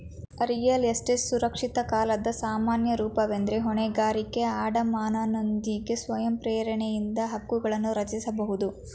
real estate ಸುರಕ್ಷಿತ ಕಾಲದ ಸಾಮಾನ್ಯ ರೂಪವೆಂದ್ರೆ ಹೊಣೆಗಾರಿಕೆ ಅಡಮಾನನೊಂದಿಗೆ ಸ್ವಯಂ ಪ್ರೇರಣೆಯಿಂದ ಹಕ್ಕುಗಳನ್ನರಚಿಸಬಹುದು